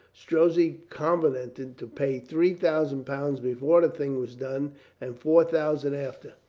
strozzi covenanted to pay three thousand pounds before the thing was done and four thousand after.